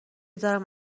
دارم